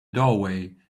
doorway